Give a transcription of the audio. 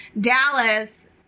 Dallas